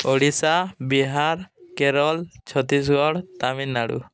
Odisha Bihar Kerala Chhattisgarh Tamil Nadu